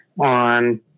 on